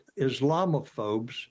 Islamophobes